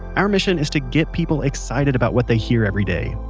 our mission is to get people excited about what they hear everyday.